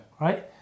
Right